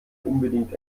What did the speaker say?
unbedingt